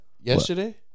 Yesterday